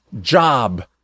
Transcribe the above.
job